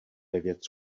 devět